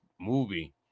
movie